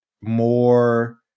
more